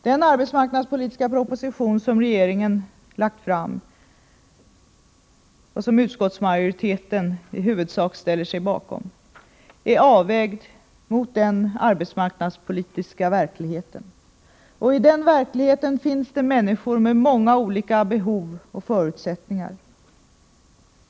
Den arbetsmarknadspolitiska proposition som regeringen har lagt fram, och som utskottsmajoriteten i huvudsak ställer sig bakom, är avvägd mot den arbetsmarknadspolitiska verkligheten. I den verkligheten finns det människor med många olika slags behov och förutsättningar.